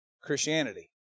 Christianity